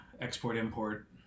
export-import